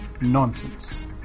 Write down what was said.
nonsense